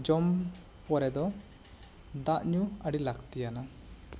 ᱡᱚᱢ ᱯᱚᱨᱮ ᱫᱚ ᱫᱟᱜ ᱧᱩ ᱟᱹᱰᱤ ᱞᱟᱹᱠᱛᱤᱭᱟᱱᱟ